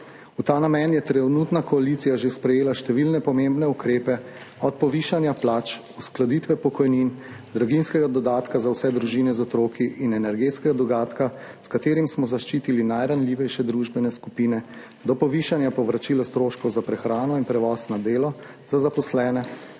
V ta namen je trenutna koalicija že sprejela številne pomembne ukrepe, od povišanja plač, uskladitve pokojnin, draginjskega dodatka za vse družine z otroki in energetskega dodatka, s katerim smo zaščitili najranljivejše družbene skupine, do povišanja povračila stroškov za prehrano in prevoz na delo za zaposlene